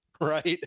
right